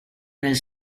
nel